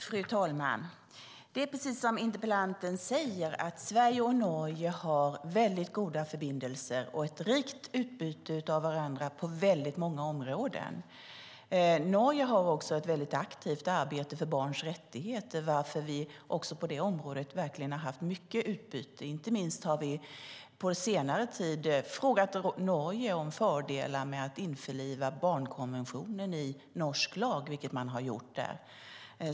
Fru talman! Precis som interpellanten säger har Sverige och Norge goda förbindelser och ett rikt utbyte av varandra på många områden. Norge har ett aktivt arbete för barns rättigheter varför vi också på det området har haft mycket utbyte. Inte minst har vi från Sverige på senare tid frågat Norge om fördelarna med att införliva barnkonventionen i lagen, vilket Norge har gjort.